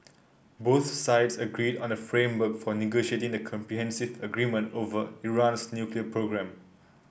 both sides agreed on the framework for negotiating the comprehensive agreement over Iran's nuclear programme